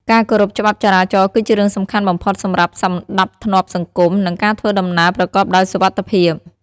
ការគោរពច្បាប់ចរាចរណ៍គឺជារឿងសំខាន់បំផុតសម្រាប់សណ្តាប់ធ្នាប់សង្គម និងការធ្វើដំណើរប្រកបដោយសុវត្ថិភាព។